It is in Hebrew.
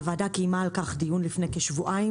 הוועדה קיימה על כך דיון לפני כשבועיים.